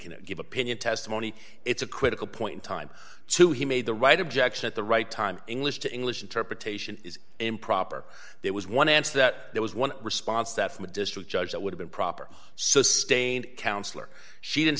can give opinion testimony it's a critical point in time too he made the right objection at the right time english to english interpretation is improper there was one answer that there was one response that from a district judge that would have improper so sustained councilor she didn't